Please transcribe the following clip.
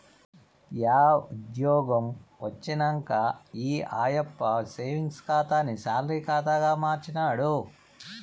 yeah ఉజ్జ్యోగం వచ్చినంక ఈ ఆయప్ప సేవింగ్స్ ఖాతాని సాలరీ కాతాగా మార్చినాడు